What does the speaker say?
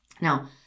Now